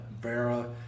Vera